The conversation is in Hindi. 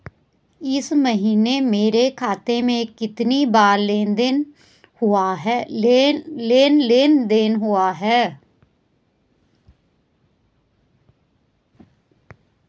इस महीने मेरे खाते में कितनी बार लेन लेन देन हुआ है?